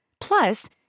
Plus